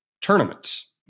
tournaments